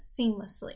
seamlessly